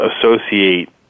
associate